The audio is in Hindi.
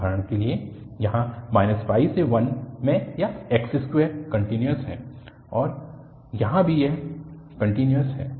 उदाहरण के लिए यहाँ से 1 मे यह x2 कन्टिन्यूअस है यहाँ भी यह कन्टिन्यूअस है